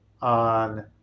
on